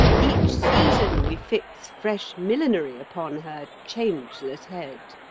each season we fix fresh millinery upon her changeless head.